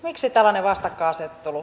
miksi tällainen vastakkainasettelu